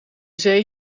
zee